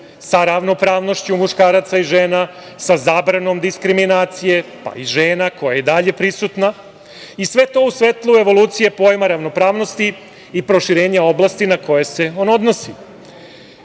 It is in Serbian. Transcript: sa ravnopravnošću muškaraca i žena, sa zabranom diskriminacije, pa i žena koja je i dalje prisutna i sve to u svetlu evolucije u pojmu ravnopravnosti i proširenja oblasti na koje se on odnosi. Tu